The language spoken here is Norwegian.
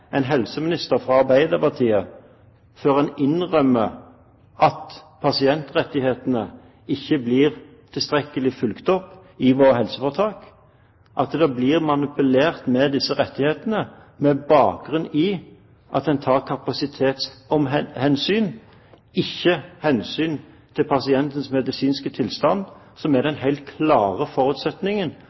en helseminister fra Arbeiderpartiet trenger før man innrømmer at pasientrettighetene ikke blir tilstrekkelig fulgt opp i våre helseforetak, at det blir manipulert med disse rettighetene med bakgrunn i at en tar kapasitetshensyn, og ikke hensyn til pasientens medisinske tilstand, som var den helt klare forutsetningen